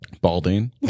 balding